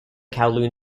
kowloon